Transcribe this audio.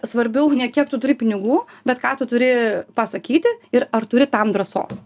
svarbiau ne kiek tu turi pinigų bet ką tu turi pasakyti ir ar turi tam drąsos